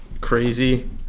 crazy